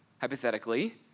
hypothetically